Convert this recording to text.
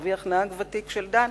כך מרוויח נהג ותיק של "דן".